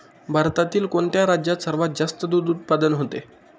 भारतातील कोणत्या राज्यात सर्वात जास्त दूध उत्पादन होते?